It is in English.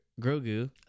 Grogu